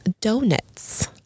donuts